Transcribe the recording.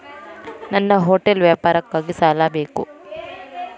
ನನ್ನ ಹೋಟೆಲ್ ವ್ಯಾಪಾರಕ್ಕಾಗಿ ಸಾಲ ಬೇಕು